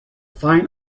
fine